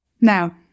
Now